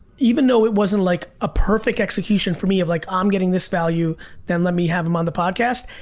even though it wasn't like a perfect execution for me of like, i'm getting this value then let me have him on the podcast,